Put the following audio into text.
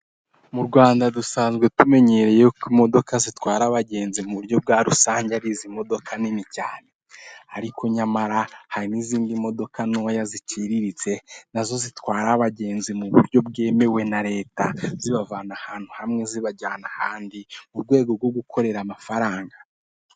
Mu rwanda dusanzwe tumenyereye ko imodoka zitwara abagenzi mu buryo bwa rusange ari izi modoka nini cyane ariko nyamara hari n'izindi modoka ntoya ziciriritse nazo zitwara abagenzi mu buryo bwemewe na leta, zibavana ahantu hamwe zibajyana ahandi, mu rwego rwo gukorera amafaranga.